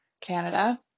canada